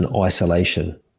isolation